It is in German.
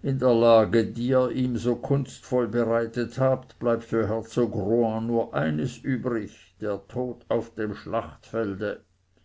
in der lage die ihr ihm so kunstvoll bereitet habt bleibt für herzog rohan nur eines übrig der tod auf dem schlachtfelde